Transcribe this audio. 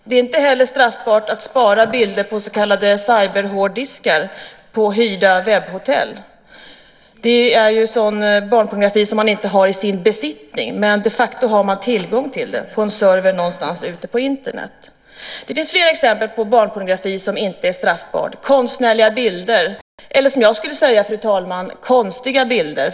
Det är inte heller straffbart att spara bilder på så kallade cyberhårddiskar på hyrda webbhotell. Det är sådan barnpornografi som man inte har i sin besittning, men de facto har man tillgång till den på en server någonstans på Internet. Det finns flera exempel på barnpornografi som inte är straffbar. Det finns konstnärliga bilder eller som jag skulle säga, fru talman, konstiga bilder.